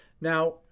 Now